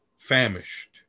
famished